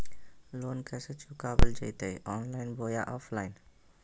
Loan कैसे चुकाबल जयते ऑनलाइन बोया ऑफलाइन?